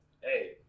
hey